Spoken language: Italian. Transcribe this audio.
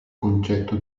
concetto